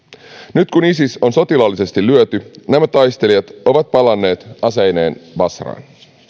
nyt kun isis on sotilaallisesti lyöty nämä taistelijat ovat palanneet aseineen basraan